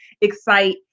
excite